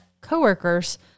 coworkers